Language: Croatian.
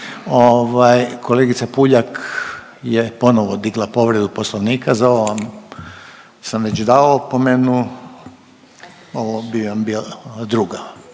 Kolegica Puljak je ponovo digla povredu poslovnika, za ovo sam vam već dao opomenu. Ovo bi vam bila druga